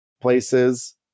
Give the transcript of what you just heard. places